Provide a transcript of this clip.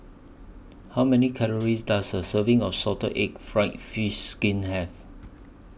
How Many Calories Does A Serving of Salted Egg Fried Fish Skin Have